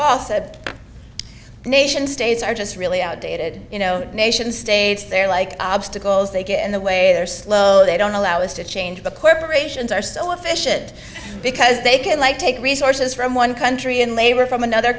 a nation states are just really outdated you know nation states they're like obstacles they get in the way they're slow they don't allow us to change the corporations are so efficient because they can like take resources from one country and labor from another